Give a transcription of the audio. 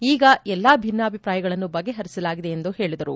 ಈಗ ಎಲ್ಲ ಭಿನ್ನಾಭಿಪ್ರಾಯಗಳನ್ನು ಬಗೆಹರಿಸಲಾಗಿದೆ ಎಂದು ಹೇಳಿದರು